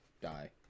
die